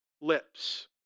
lips